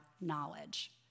knowledge